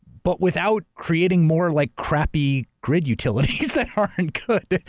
but without creating more like crappy grid utilities that aren't good.